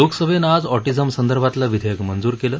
लोकसभेनं आज ऑटीझम संदर्भातलं विधेयक मंजूर केलं